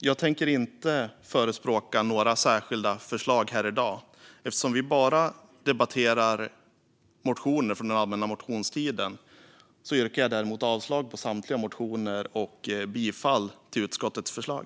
Jag tänker inte förespråka några särskilda förslag här i dag. Eftersom vi bara debatterar motioner från den allmänna motionstiden yrkar jag däremot avslag på samtliga motioner och bifall till utskottets förslag.